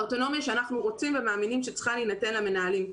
האוטונומיה שאנחנו רוצים ומאמינים שצריכה להינתן למנהלים,